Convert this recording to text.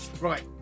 Right